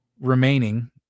remaining